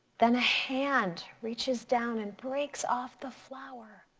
then a hand reaches down and breaks off the flower.